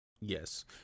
Yes